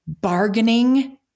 bargaining